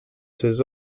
ses